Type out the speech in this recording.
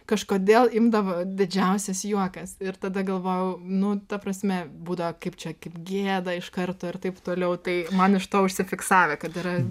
kažkodėl imdavo didžiausias juokas ir tada galvojau nu ta prasme būdavo kaip čia kaip gėda iš karto ir taip toliau tai man iš to užsifiksavę kad yra